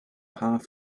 half